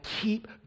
keep